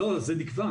לא, זה נקבע.